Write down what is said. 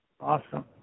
Awesome